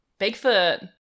Bigfoot